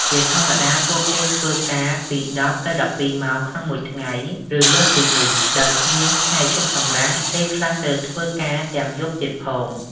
ជាធម្មតា ពួកគេធ្វើការពី ១០ ទៅ ១២ ម៉ោងក្នុងមួយថ្ងៃ ឬលើសពីនេះ ដោយគ្មានថ្ងៃឈប់សម្រាក ពេលខ្លះត្រូវធ្វើការទាំងយប់ទៀតផង។